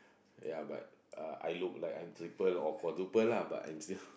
ya but I look like I'm triple or quadruple lah but I'm still